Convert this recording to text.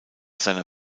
seiner